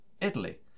Italy